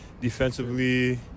Defensively